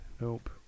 nope